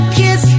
kiss